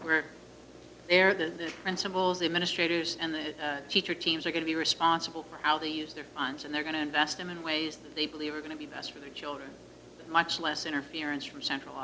where they're the principles administrators and the teacher teams are going to be responsible for how they use their funds and they're going to invest them in ways that they believe are going to be best for the children much less interference from central